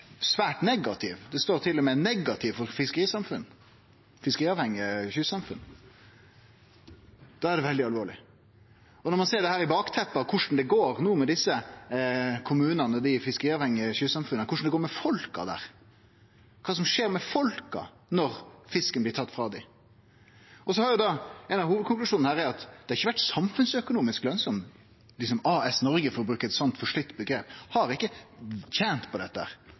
svært negative, det står til og med «negative konsekvenser for kystsamfunn», da er det veldig alvorleg – også når ein ser dette i lys av korleis det no går med desse kommunane og dei fiskeriavhengige kystsamfunna, korleis det går med folka der, og kva som skjer med dei når fisken blir tatt frå dei. Ein av hovudkonklusjonane her er at det ikkje har vore samfunnsøkonomisk lønsamt. AS Noreg, for å bruke eit slikt forslite omgrep, har ikkje tent på dette.